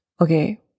okay